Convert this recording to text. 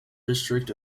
district